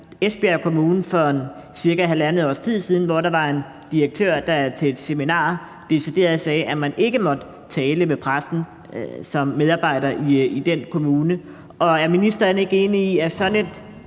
Esbjerg Kommune for ca. halvandet års tid siden, hvor der var en direktør, der ved et seminar decideret sagde, at man som medarbejder i den kommune ikke måtte tale med pressen. Er ministeren ikke enig i, at sådan en